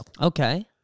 Okay